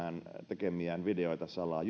tekemiään videoita salaa